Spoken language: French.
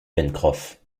pencroff